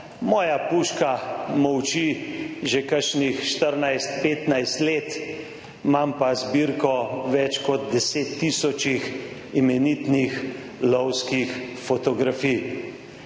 moja puška molči že kakšnih 14,15 let, imam pa zbirko več kot 10 tisočih imenitnih lovskih fotografi.